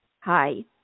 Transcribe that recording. Hi